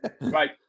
Right